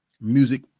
Music